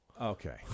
Okay